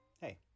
Hey